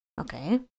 Okay